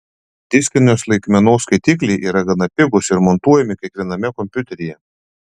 diskinės laikmenos skaitliai yra gana pigūs ir montuojami kiekviename kompiuteryje